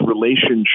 relationship